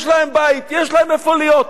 יש להם בית, יש להם איפה להיות.